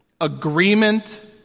agreement